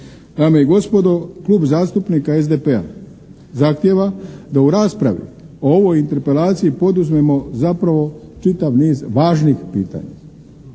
Dame i gospodo, Klub zastupnika SDP-a zahtijeva da u raspravi o ovoj interpelaciji poduzmemo zapravo čitav niz važnih pitanja.